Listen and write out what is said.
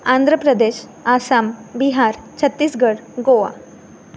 Andhra Pradesh Assam Bihar Chhattisgarh Goa